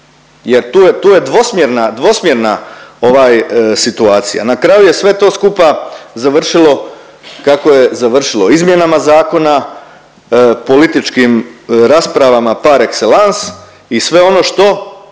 jer tu je dvosmjerna situacija. Na kraju je to sve skupa završilo kako je završilo izmjenama zakona, političkim raspravama par excellence i sve ono što